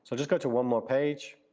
so just go to one more page.